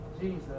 Jesus